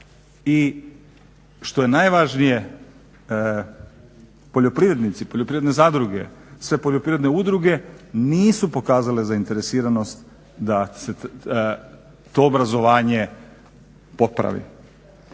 I što je najvažnije poljoprivrednici, poljoprivredne zadruge, sve poljoprivredne udruge nisu pokazale zainteresiranost da se to obrazovanje popravi.